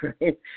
right